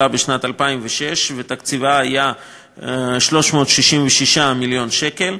בשנת 2006 ותקציבה היה 366 מיליון שקל,